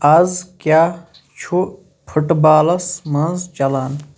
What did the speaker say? از کیاہ چھُ فٹ بالس منٛز چلان